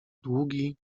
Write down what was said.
długi